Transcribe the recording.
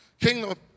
Kingdom